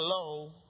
Hello